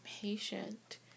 patient